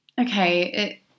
okay